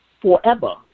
forever